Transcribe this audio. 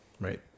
Right